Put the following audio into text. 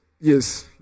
Yes